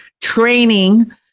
training